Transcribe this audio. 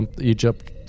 Egypt